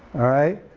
alright?